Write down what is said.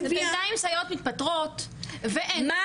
ובינתיים סייעות מתפטרות ואין --- מה